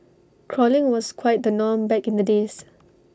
crawling was quite the norm back in the days